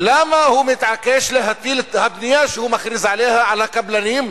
למה הוא מתעקש להטיל את הבנייה שהוא מכריז עליה על הקבלנים,